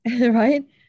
right